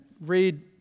read